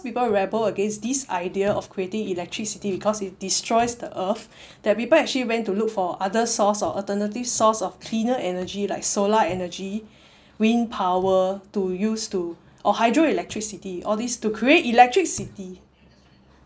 people rebel against this idea of creating electricity because it destroys the earth that people actually went to look for other source or alternative source of cleaner energy like solar energy wind power to use to or hydro electricity all these to create electricity